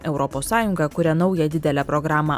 europos sąjunga kuria naują didelę programą